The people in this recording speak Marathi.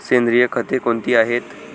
सेंद्रिय खते कोणती आहेत?